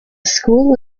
school